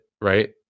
right